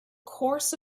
course